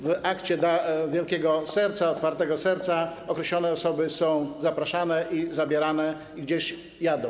W akcie wielkiego serca, otwartego serca określone osoby są zapraszane, zabierane i gdzieś jadą.